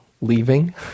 leaving